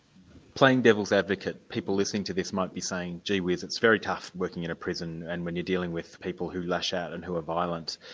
playing devil's advocate, people listening to this might be saying, gee whiz, it's very tough working in a prison, and when you're dealing with people lash out and who are violent,